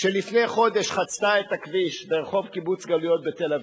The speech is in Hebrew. שלפני חודש חצתה את הכביש ברחוב קיבוץ גלויות בתל-אביב,